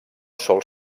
sol